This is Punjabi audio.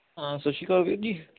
ਹਾਂ ਸਤਿ ਸ਼੍ਰੀ ਅਕਾਲ ਵੀਰ ਜੀ